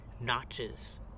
notches